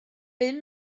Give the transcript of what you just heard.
bum